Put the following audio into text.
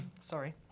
Sorry